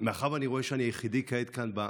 מאחר שאני רואה שאני היחידי כעת כאן,